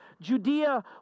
Judea